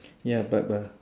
yup but but